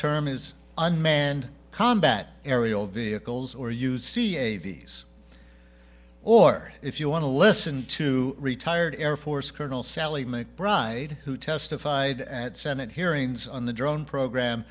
term is unmanned combat aerial vehicles or use c avi's or if you want to listen to retired air force colonel sally mcbride who testified at senate hearings on the drone program